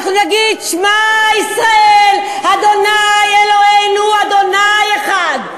אנחנו נגיד: שמע ישראל ה' אלוהינו ה' אחד.